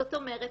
זאת אומרת,